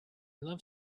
love